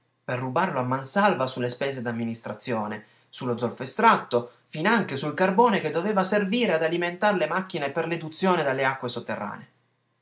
per rubarlo a man salva su le spese d'amministrazione su lo zolfo estratto finanche sul carbone che doveva servire ad alimentar le macchine per l'eduzione delle acque sotterranee